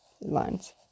lines